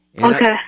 Okay